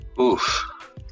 Oof